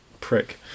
prick